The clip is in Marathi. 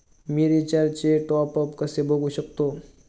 मी रिचार्जचे टॉपअप कसे बघू शकतो?